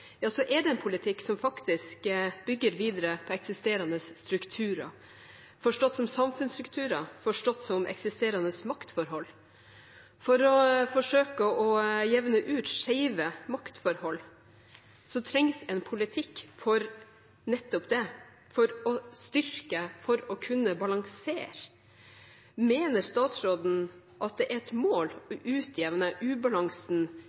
er det en politikk som faktisk bygger videre på eksisterende strukturer, forstått som samfunnsstrukturer, forstått som eksisterende maktforhold. For å forsøke å jevne ut skjeve maktforhold trengs en politikk for nettopp det – for å styrke, for å kunne balansere. Mener statsråden at det er et mål å utjevne ubalansen